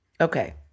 Okay